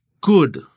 good